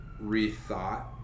rethought